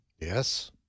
Yes